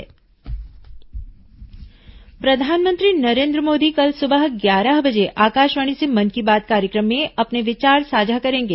मन की बात प्रधानमंत्री नरेन्द्र मोदी कल सुबह ग्यारह बजे आकाशवाणी से मन की बात कार्यक्रम में अपने विचार साझा करेंगे